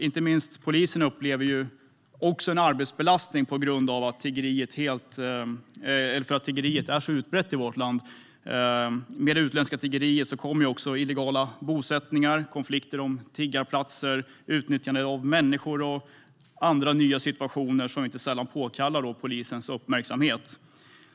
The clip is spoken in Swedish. Inte minst polisen upplever en arbetsbelastning på grund av att tiggeriet är så utbrett i vårt land. Med det utländska tiggeriet kommer också illegala bosättningar, konflikter om tiggarplatser, utnyttjande av människor och andra nya situationer som inte sällan påkallar polisens uppmärksamhet.